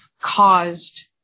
caused